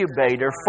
incubator